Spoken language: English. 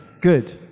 good